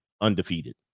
undefeated